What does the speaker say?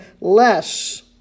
less